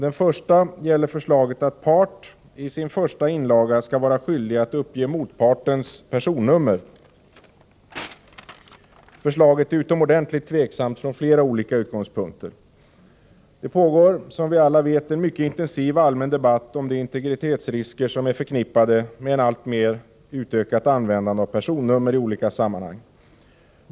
Den första gäller förslaget att part i sin första inlaga skall vara skyldig att uppge motpartens personnummer. Förslaget är utomordentligt tveksamt från flera olika utgångspunkter. Det pågår som vi alla vet en mycket intensiv allmän debatt om de integritetsrisker som är förknippade med ett alltmer ökat användande av personnummer i olika sammanhang.